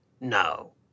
No